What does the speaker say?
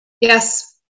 Yes